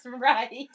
right